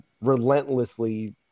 relentlessly